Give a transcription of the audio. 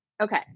Okay